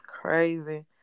crazy